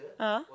ah